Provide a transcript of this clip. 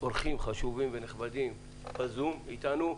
אורחים חשובים ונכבדים באמצעות "הזום" אתנו.